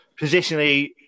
positionally